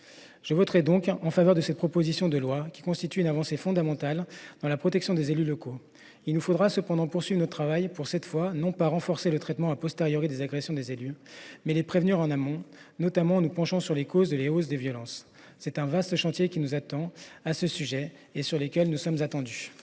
Je voterai donc en faveur de cette proposition de loi, qui constitue une avancée fondamentale dans la protection des élus locaux. Il nous faudra cependant poursuivre notre travail pour, cette fois, non pas renforcer le traitement des agressions des élus, mais les prévenir en amont, notamment en nous intéressant aux causes de la hausse des violences. Voilà un vaste chantier qui est devant nous, et sur lequel nous sommes attendus